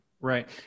Right